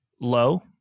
low